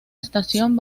estación